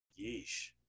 yeesh